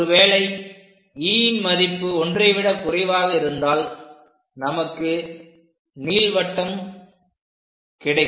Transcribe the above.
ஒருவேளை e ன் மதிப்பு ஒன்றை விட குறைவாக இருந்தால் நமக்கு நீள்வட்டம் கிடைக்கும்